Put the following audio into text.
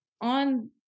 on